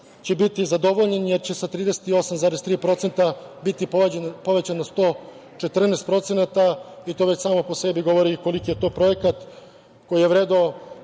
će biti zadovoljen, jer će sa 38,3% biti povećan na 114% i to već samo po sebi govori koliki je to projekat koji je vredeo